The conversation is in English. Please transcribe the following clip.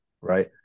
right